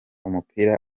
umupira